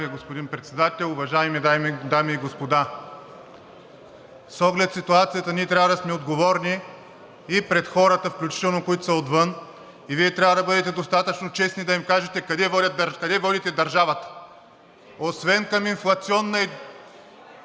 Ви, господин Председател. Уважаеми дами и господа, с оглед ситуацията ние трябва да сме отговорни и пред хората включително, които са отвън, и Вие трябва да бъдете достатъчно честни да им кажете къде водите държавата. Освен към дългова